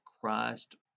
Christ